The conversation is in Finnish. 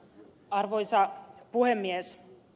arvoisa puhemies